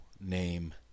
name